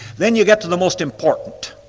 then you get to the most important,